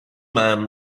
man